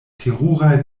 teruraj